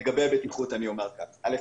לגבי הבטיחות, א'.